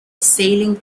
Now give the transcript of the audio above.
sailing